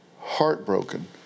heartbroken